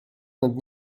nad